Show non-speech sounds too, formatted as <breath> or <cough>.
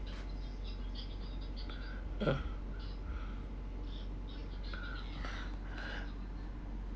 uh <breath>